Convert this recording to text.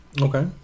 Okay